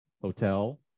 hotel